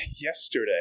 yesterday